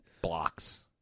Blocks